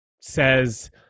says